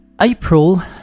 April